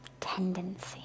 tendency